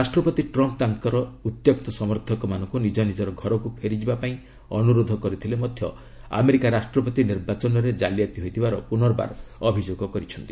ରାଷ୍ଟ୍ରପତି ଟ୍ରମ୍ପ୍ ତାଙ୍କର ଉତ୍ତ୍ୟକ୍ତ ସମର୍ଥକମାନଙ୍କୁ ନିଜ ନିଜର ଘରକୁ ଫେରିଯିବାପାଇଁ ଅନୁରୋଧ କରିଥିଲେ ମଧ୍ୟ ଆମେରିକା ରାଷ୍ଟ୍ରପତି ନିର୍ବାଚନରେ ଜାଲିଆତି ହୋଇଥିବାର ପୁନର୍ବାର ଅଭିଯୋଗ କରିଥିଲେ